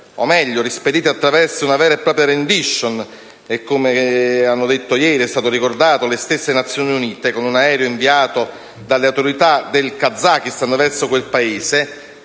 o meglio, rispedite attraverso una vera e propria *rendition,* come hanno detto le stesse Nazioni Unite, con un aereo inviato dalle autorità del Kazakistan verso quel Paese,